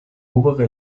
obere